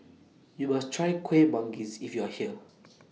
YOU must Try Kuih Manggis when YOU Are here